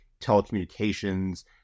telecommunications